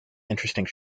interesting